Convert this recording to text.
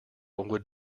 would